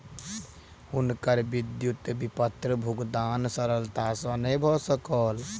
हुनकर विद्युत विपत्र भुगतान सरलता सॅ नै भ सकल